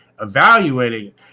evaluating